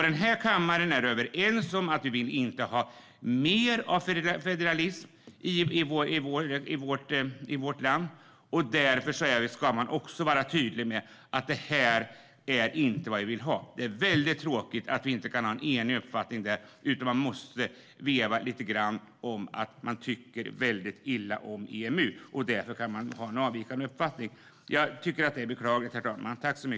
Denna kammare är överens om att vi inte vill ha mer federalism. Därför ska vi vara tydliga med att vi inte vill ha det. Det är tråkigt att vi inte kan ha en enig uppfattning utan att man måste veva lite om att man tycker väldigt illa om EMU och därför ha en avvikande uppfattning. Det är beklagligt, herr talman.